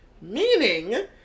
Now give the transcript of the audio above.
Meaning